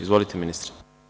Izvolite, ministre.